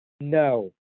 No